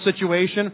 situation